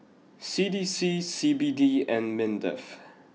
C D C C B D and Mindef